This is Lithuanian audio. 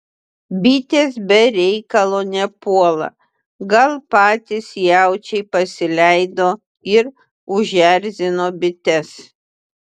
bitės be reikalo nepuola gal patys jaučiai pasileido ir užerzino bites